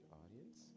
audience